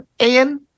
Ian